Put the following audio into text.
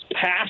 passed